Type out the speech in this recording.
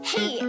Hey